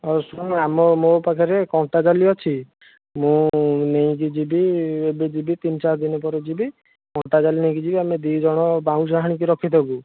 ଆଉ ଶୁଣୁ ଆମ ମୋ ପାଖରେ କଣ୍ଟା ଜାଲି ଅଛି ମୁଁ ନେଇକି ଯିବି ଏବେ ଯିବି ତିନ ଚାରିଦିନ ପରେ ଯିବି କଣ୍ଟା ଜାଲି ନେଇକି ଯିବି ଆମେ ଦୁଇ ଜଣ ବାଉଁଶ ହାଣିକି ରଖିଥିବୁ